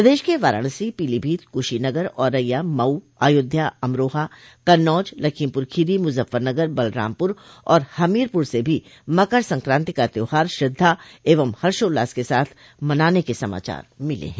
प्रदेश के वाराणसी पीलीभीत कुशीनगर औरैया मऊ अयोध्या अमरोहा कन्नौज लखीमपुर खीरी मुजफफरनगर बलरामपुर और हमीरपुर से भी मकर संकाति का त्यौहार श्रद्वा एवं हर्षोल्लास के साथ मनाने के समाचार मिले है